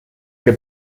que